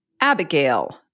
Abigail